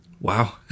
Wow